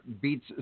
beats